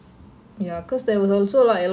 oh ya how was your bonding day